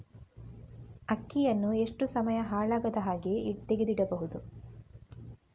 ಅಕ್ಕಿಯನ್ನು ಎಷ್ಟು ಸಮಯ ಹಾಳಾಗದಹಾಗೆ ತೆಗೆದು ಇಡಬಹುದು?